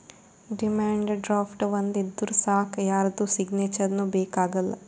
demand draft ಒಂದ್ ಇದ್ದೂರ್ ಸಾಕ್ ಯಾರ್ದು ಸಿಗ್ನೇಚರ್ನೂ ಬೇಕ್ ಆಗಲ್ಲ